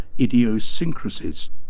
idiosyncrasies